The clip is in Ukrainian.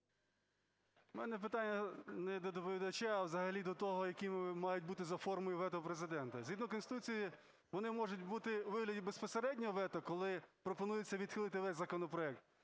У мене питання не до доповідача, а взагалі до того, які мають бути за формою вето Президента. Згідно Конституції вони можуть бути у вигляді безпосереднього вето, коли пропонується відхилити весь законопроект,